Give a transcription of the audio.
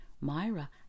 Myra